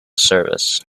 service